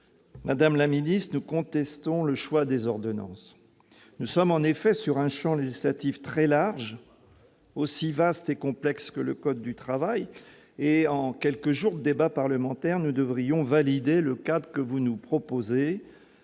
de loi, nous contestons le choix des ordonnances. Nous sommes sur un champ législatif très large, aussi vaste et complexe que le code du travail, et, en quelques jours de débat parlementaire, nous devrions valider le cadre que vous nous proposez,